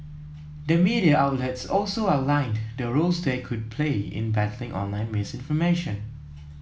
the media outlets also outlined the roles they could play in battling online misinformation